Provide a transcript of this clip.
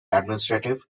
administrative